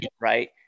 right